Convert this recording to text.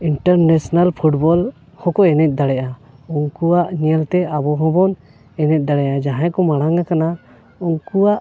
international football ᱦᱚᱸᱠᱚ ᱮᱱᱮᱡ ᱫᱟᱲᱮᱭᱟᱜᱼᱟ ᱩᱱᱠᱩᱣᱟᱜ ᱧᱮᱞ ᱛᱮ ᱟᱵᱚ ᱦᱚᱸᱵᱚᱱ ᱮᱱᱮᱡ ᱫᱟᱲᱮᱭᱟᱜᱼᱟ ᱡᱟᱦᱟᱸᱭ ᱠᱚ ᱢᱟᱲᱟᱝ ᱟᱠᱟᱱᱟ ᱩᱱᱠᱩᱣᱟᱜ